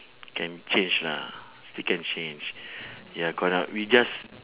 can change lah still can change ya correct we just